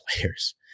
players